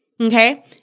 okay